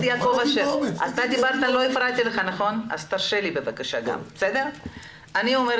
אחרי